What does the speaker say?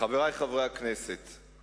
חברי חברי הכנסת,